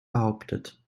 behauptet